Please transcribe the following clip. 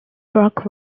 rock